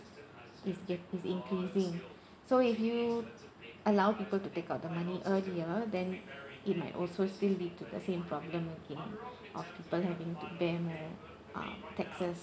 is get~ is increasing so if you allow people to take out the money earlier then it might also still lead to the same problem again of people having to bear more um taxes